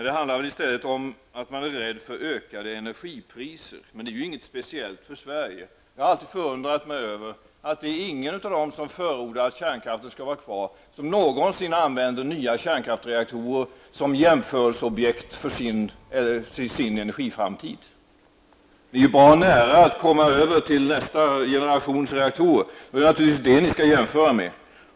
Det handlar i stället om att man är rädd för ökade energipriser, men det är ju inget speciellt för Sverige. Jag har alltid förundrat mig över att ingen av dem som förordar att kärnkraften skall vara kvar någonsin har använt nya kärnkraftsreaktorer som jämförelseobjekt när de redovisat sin energiframtid. Vi är bra nära att komma över till nästa generation reaktorer, och det är naturligtvis dem ni skall jämföra med.